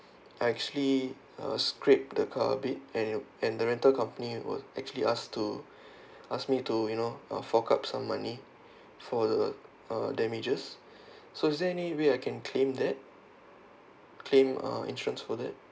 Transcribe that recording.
I actually uh scrape the car a bit and and the rental company were actually asked to asked me to you know uh fork out some money for the uh damages so is there any way I can claim that claim uh insurance for that